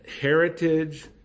Heritage